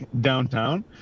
downtown